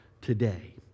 today